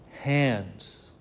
hands